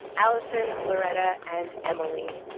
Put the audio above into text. allison, loretta and emily.